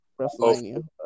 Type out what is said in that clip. WrestleMania